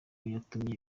yatumye